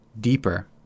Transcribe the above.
deeper